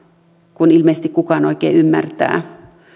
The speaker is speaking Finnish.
kuin ilmeisesti kukaan oikein ymmärtää